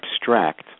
abstract